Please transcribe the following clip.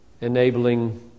enabling